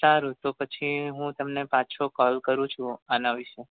સારું તો પછી હુ તમને પાછો કોલ કરું છુ આના વિશે